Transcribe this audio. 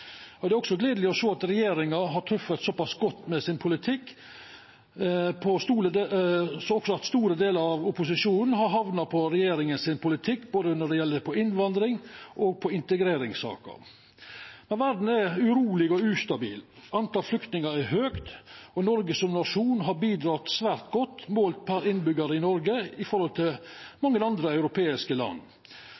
nødvendige. Det er også gledeleg å sjå at regjeringa har treft så pass godt med politikken sin at også store delar av opposisjonen har hamna på regjeringa si side, når det gjeld både innvandring og integrering. Verda er uroleg og ustabil. Talet på flyktningar er høgt, og Noreg som nasjon har bidrege svært godt målt per innbyggjar i forhold til